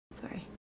Sorry